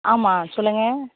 ஆமாம் சொல்லுங்க